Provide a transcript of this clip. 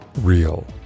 real